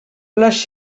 les